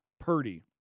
Purdy